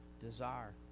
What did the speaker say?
desire